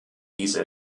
diese